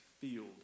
field